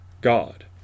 God